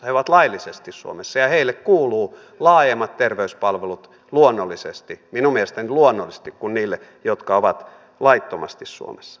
he ovat laillisesti suomessa ja heille kuuluvat luonnollisesti minun mielestäni luonnollisesti laajemmat terveyspalvelut kuin niille jotka ovat laittomasti suomessa